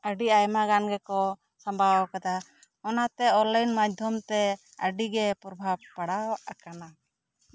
ᱟᱹᱰᱤ ᱟᱭᱢᱟ ᱜᱟᱱ ᱜᱮᱠᱚ ᱥᱟᱢᱵᱟᱣ ᱟᱠᱟᱫᱟ ᱚᱱᱟᱛᱮ ᱚᱱᱞᱟᱭᱤᱱ ᱢᱟᱫᱷᱭᱚᱢ ᱛᱮ ᱟᱹᱰᱤ ᱜᱮ ᱯᱨᱚᱵᱷᱟᱣ ᱯᱟᱲᱟᱣ ᱟᱠᱟᱱᱟ